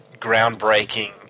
groundbreaking